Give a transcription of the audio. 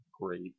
great